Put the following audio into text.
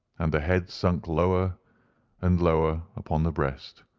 and the head sunk lower and lower upon the breast,